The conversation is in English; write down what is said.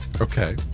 Okay